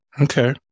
Okay